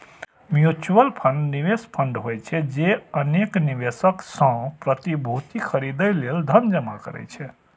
mutual fund निवेश fund होइ छै, जे अनेक निवेशक सं प्रतिभूति खरीदै लेल धन जमा करै छै